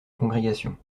congrégation